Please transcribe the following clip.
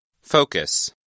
Focus